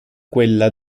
quella